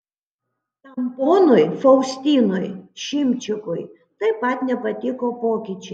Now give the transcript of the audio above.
tam ponui faustinui šimčikui taip pat nepatiko pokyčiai